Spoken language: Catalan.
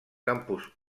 campus